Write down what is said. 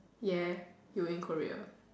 yes you were in Korea